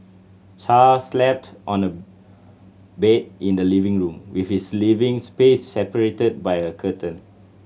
char slept on a bed in the living room with his living space separated by a curtain